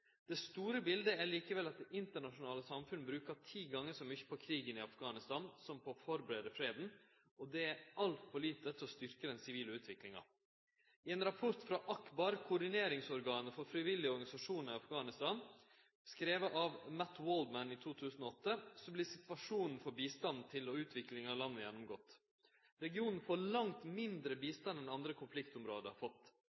Det store biletet er likevel at det internasjonale samfunnet bruker ti gonger så mykje på krigen i Afghanistan som på å førebu freden, og det er altfor lite til å styrkje den sivile utviklinga. I ein rapport frå ACBAR, koordineringsorganet for frivillige organisasjonar i Afghanistan, skriven av Matt Waldman i 2008, vert situasjonen for bistand til utvikling av landet gjennomgått. Regionen får langt mindre